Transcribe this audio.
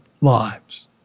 lives